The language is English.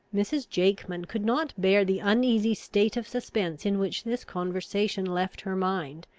mrs. jakeman could not bear the uneasy state of suspense in which this conversation left her mind,